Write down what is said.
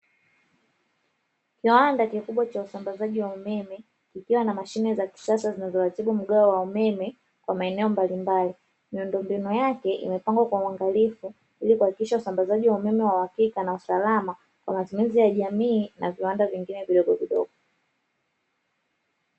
Kiwanda kikubwa cha usambazaji wa umeme kikiwa na mashine za kisasa zinazoratibu mgao wa umeme kwa maeneo mbalimbali. Miundombinu yake imepangwa kwa uangalifu ili kuhakikisha usambazaji wa umeme kwa uhakika na usalama kwa matumizi ya jamii na viwanda vingine vidogovidogo.